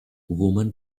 woman